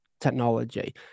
technology